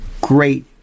great